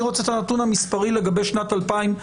אני רוצה את הנתון המשטרתי בשנת 2021,